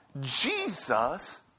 Jesus